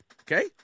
okay